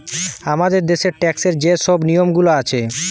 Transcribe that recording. আমাদের দ্যাশের ট্যাক্সের যে শব নিয়মগুলা আছে